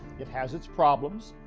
it has its problems.